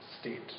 state